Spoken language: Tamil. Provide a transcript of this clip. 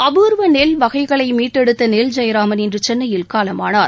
அபூர்வ நெல் வகைகளை மீட்டெடுத்த நெல் ஜெயராமன் இன்று சென்னையில் காலமானார்